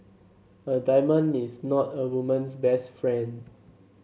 a diamond is not a woman's best friend